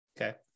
Okay